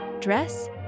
dress